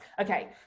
okay